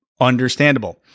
understandable